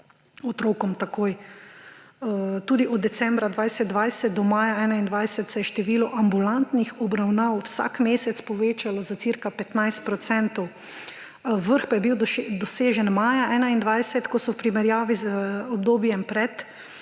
otrokom takoj. Tudi od decembra 2020 do maja 2021 se je število ambulantnih obravnav vsak mesec povečalo za cirka 15 procentov. Vrhu pa je bil dosežen maja 2021, ko so v primerjavi z obdobjem pred